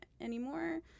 anymore